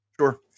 Sure